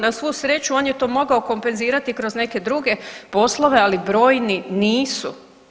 Na svu sreću on je to mogao kompenzirao kroz neke druge poslove, ali brojni nisu.